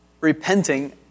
repenting